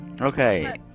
Okay